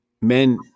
men